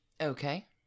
Okay